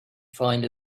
find